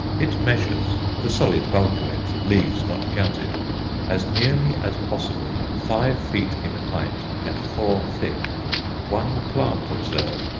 it measures the solid bulk of it, leaves not counted as nearly as possible five feet in height and four thick one plant, observe,